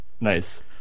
Nice